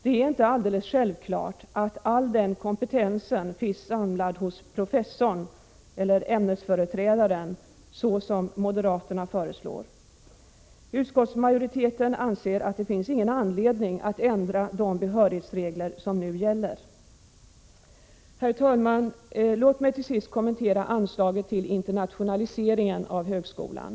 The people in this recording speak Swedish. Det är inte alldeles självklart att all den kompetensen finns samlad hos professorn eller ämnesföreträdaren, som moderaterna föreslår skall vara den som utses till prefekt. Utskottsmajoriteten anser att det inte finns anledning att ändra de behörighetsregler som nu gäller. Herr talman! Låt mig till sist kommentera anslaget till internationalisering av högskolan.